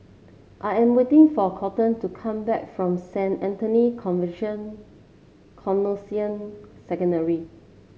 I am waiting for Coleton to come back from Saint Anthony's Conversion Canossian Secondary